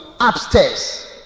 upstairs